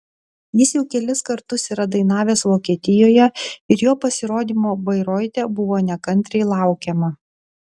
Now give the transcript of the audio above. jis jau kelis kartus yra dainavęs vokietijoje ir jo pasirodymo bairoite buvo nekantriai laukiama